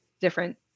different